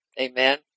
Amen